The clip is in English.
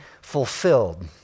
fulfilled